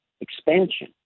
expansion